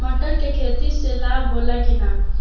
मटर के खेती से लाभ होला कि न?